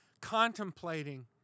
contemplating